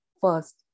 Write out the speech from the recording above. first